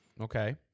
Okay